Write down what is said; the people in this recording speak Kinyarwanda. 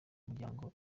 muryango